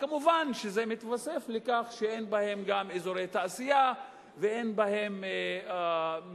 ומובן שזה מתווסף על כך שאין בהן גם אזורי תעשייה ואין בהן מקורות